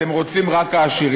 אתם רוצים רק את העשירים,